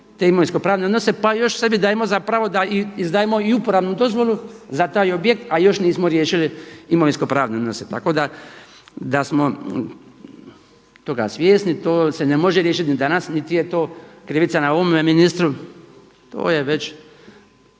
te imovinsko pravne odnose pa još sebi dajemo za pravo da izdajemo i uporabnu dozvolu za taj objekt a još nismo riješili imovinsko pravne odnose. Tako da smo toga svjesni. To se ne može riješiti ni danas niti je to krivica na ovome ministru, to je već,